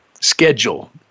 schedule